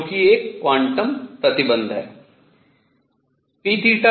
जो कि एक क्वांटम प्रतिबंध है